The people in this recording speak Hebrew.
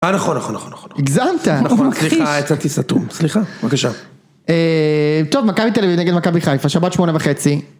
נכון, נכון, נכון, נכון. הגזמנת! נכון ! סליחה, יצאתי סתום. סליחה, בבקשה. טוב, מכבי תל אביב נגד מכבי חיפה, שבת שמונה וחצי.